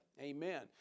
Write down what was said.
Amen